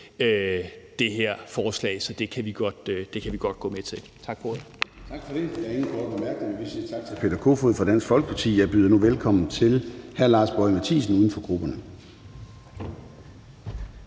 sted, så det kan vi godt gå med til. Tak for ordet.